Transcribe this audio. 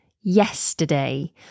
yesterday